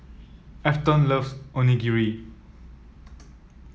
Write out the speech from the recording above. Afton loves Onigiri